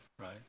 Right